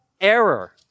error